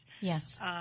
Yes